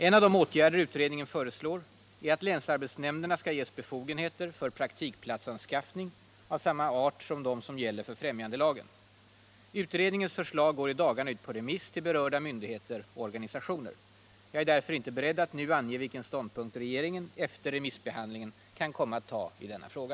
En av de åtgärder utredningen föreslår är att länsarbetsnämnderna skall ges befogenheter för praktikplatsanskaffning av samma art som de som gäller för främjandelagen. Utredningens förslag går i dagarna ut på remiss till berörda myndigheter och organisationer. Jag är därför inte beredd att nu ange vilken ståndpunkt regeringen efter remissbehandlingen kan komma att ta i denna fråga.